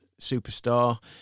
superstar